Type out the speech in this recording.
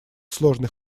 сложный